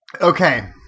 Okay